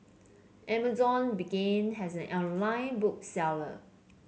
Amazon began has an online book seller